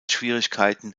schwierigkeiten